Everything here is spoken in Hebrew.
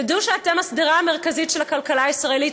תדעו שאתם השדרה המרכזית של הכלכלה הישראלי.